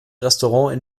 restaurant